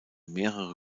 mehrere